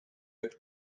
jak